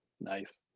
Nice